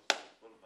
שהוא משפטן